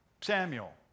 Samuel